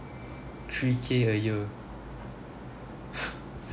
three K a year